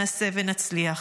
נעשה ונצליח.